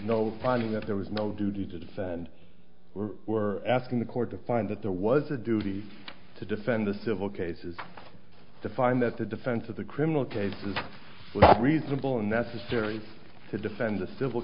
no finding that there was no duty to defend we're asking the court to find that there was a duty to defend the civil cases to find that the defense of the criminal case is reasonable and necessary to defend the civil